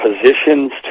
positions